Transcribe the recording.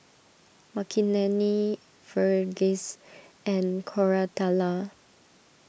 Makineni Verghese and Koratala